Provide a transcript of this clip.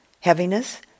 heaviness